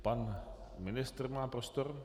Pan ministr má prostor.